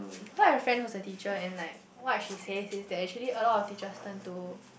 so I have a friend who is a teacher and like what she says is that actually a lot of teachers turn to